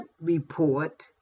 REPORT